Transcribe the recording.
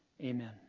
amen